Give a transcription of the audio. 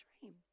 dream